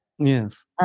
Yes